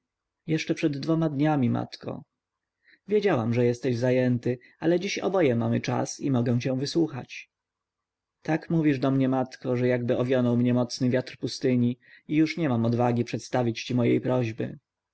jeszcze przed dwoma dniami matko wiedziałam że jesteś zajęty ale dziś oboje mamy czas i mogę cię wysłuchać tak mówisz do mnie matko że jakby owionął mnie nocny wiatr pustyni i już nie mam odwagi przedstawić ci mojej prośby